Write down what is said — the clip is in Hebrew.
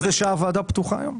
עד איזו שעה הוועדה יושבת היום?